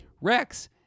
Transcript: Rex